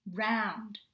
round